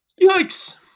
Yikes